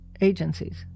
agencies